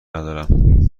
ندارم